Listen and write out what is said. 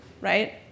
right